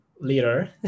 leader